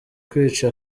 kwica